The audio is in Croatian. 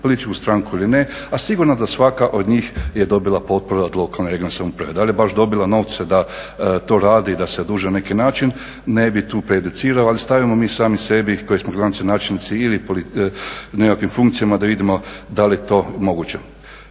političku stranku ili ne. A sigurno da svaka od njih je dobila potporu od lokalne i regionalne samouprave. Da li je baš dobila novce da to radi, da se oduži na neki način ne bi tu prejudicirao ali stavljamo mi sami sebi, koji smo gradonačelnici i načelnici ili nekakvim funkcijama da vidimo da li je to moguće.